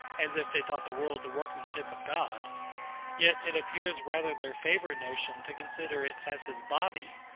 as if they thought the world the workmanship of god yet it appears rather their favourite notion to consider it as his body,